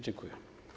Dziękuję.